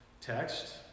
text